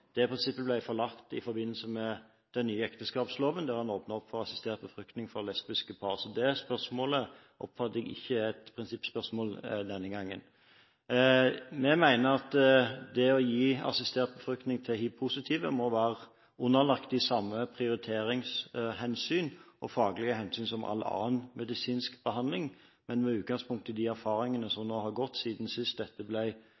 forbud. Prinsippet knyttet til at dette kun skal gis til personer der den ene ikke er fruktbar, ble forlatt i forbindelse med den nye ekteskapsloven, der en åpnet opp for assistert befruktning for lesbiske par. Så det spørsmålet oppfatter jeg ikke er et prinsippspørsmål denne gangen. Vi mener at det å gi assistert befruktning til hivpositive må være underlagt de samme prioriteringshensyn og faglige hensyn som all annen medisinsk behandling, men med